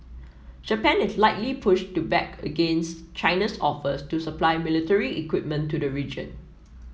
Japan is likely push to back against China's offers to supply military equipment to the region